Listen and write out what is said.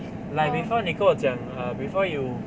like before 你跟讲 err before you